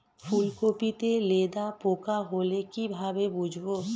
ফুলকপিতে লেদা পোকা হলে কি ভাবে বুঝবো?